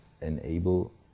enable